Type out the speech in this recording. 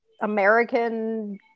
American